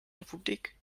republik